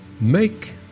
Make